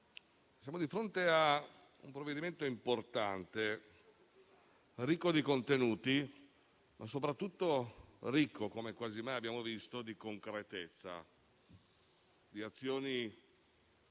siamo di fronte a un provvedimento importante, ricco di contenuti e soprattutto - come quasi mai abbiamo visto - di concretezza, con la